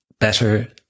better